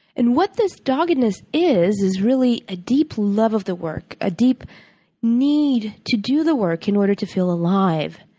and what this doggedness is is really a deep love of the work, a deep need to do the work in order to feel alive.